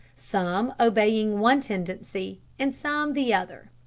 some obeying one tendency and some the other.